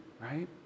right